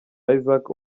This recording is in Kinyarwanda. isaac